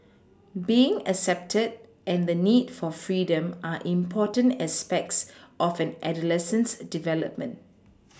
being accepted and the need for freedom are important aspects of an adolescent's development